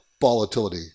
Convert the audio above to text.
volatility